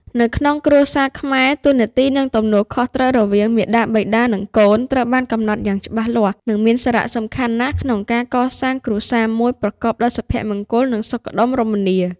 នៅក្នុងគ្រួសារខ្មែរ តួនាទី និងទំនួលខុសត្រូវ រវាងមាតាបិតា និងកូន ត្រូវបានកំណត់យ៉ាងច្បាស់លាស់ និងមានសារៈសំខាន់ណាស់ក្នុងការកសាងគ្រួសារមួយប្រកបដោយសុភមង្គល និងសុខដុមរមនា។